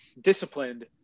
Disciplined